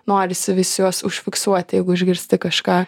norisi vis juos užfiksuoti jeigu išgirsti kažką